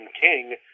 King